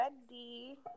ready